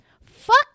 Fuck